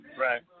Right